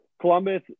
Columbus